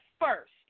first